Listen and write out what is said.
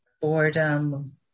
boredom